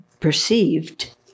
Perceived